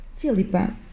Filipa